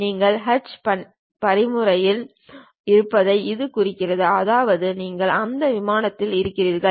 நீங்கள் ஸ்கெட்ச் பயன்முறையில் இருப்பதை இது குறிக்கிறது அதாவது நீங்கள் அந்த விமானத்தில் இருக்கிறீர்கள்